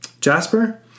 Jasper